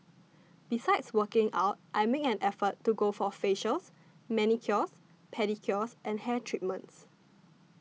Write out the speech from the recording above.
besides working out I make an effort to go for facials manicures pedicures and hair treatments